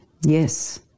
Yes